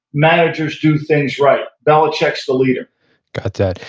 managers do things right. belichick's the leader got that.